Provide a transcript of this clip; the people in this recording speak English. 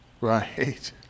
Right